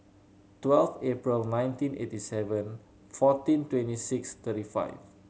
twelve April nineteen eighty seven fourteen twenty six thirty five